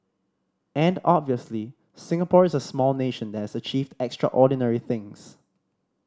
and obviously Singapore is a small nation that has achieved extraordinary things